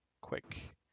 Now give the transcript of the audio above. quick